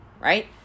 Right